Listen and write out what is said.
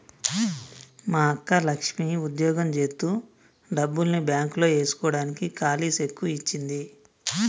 మా అక్క లక్ష్మి ఉద్యోగం జేత్తు డబ్బుల్ని బాంక్ లో ఏస్కోడానికి కాలీ సెక్కు ఇచ్చింది